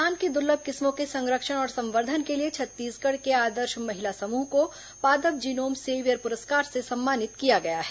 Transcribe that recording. धान की दुर्लभ किस्मों के संरक्षण और संवर्धन के लिए छत्तीसगढ़ के आदर्श महिला समूह को पादप जीनोम सेवियर पुरस्कार से सम्मानित किया गया है